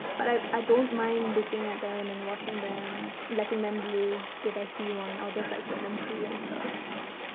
but i i don't mind looking at them and watching them. letting them live if i see one. i'll just, like, set them free and stuff.